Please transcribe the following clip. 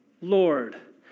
Lord